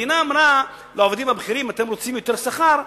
המדינה אמרה לעובדים הבכירים: אתם רוצים יותר שכר,